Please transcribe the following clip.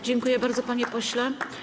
Dziękuję bardzo, panie pośle.